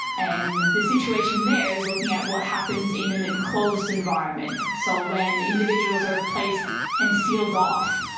and the situation there is looking at what happens in an enclosed environment. so when individuals are placed and sealed off,